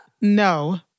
No